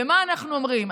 ומה אנחנו אומרים?